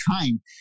time